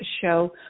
show